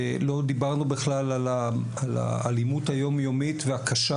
לא דיברנו בכלל על האלימות היום יומית והקשה